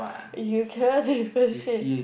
you cannot differentiate